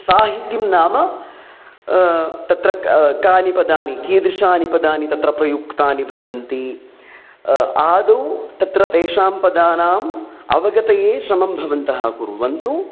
साहित्यं नाम तत्र क् कानि पदानि कीदृशानि पदानि तत्र प्रयुक्तानि भवन्ति आदौ तत्र तेषां पदानाम् अवगतये श्रमं भवन्तः कुर्वन्तु